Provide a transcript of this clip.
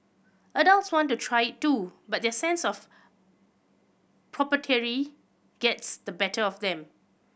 adults want to try it too but their sense of gets the better of them